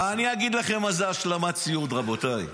אני אגיד לכם מה זה השלמת ציוד, רבותיי.